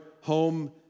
home